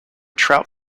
trout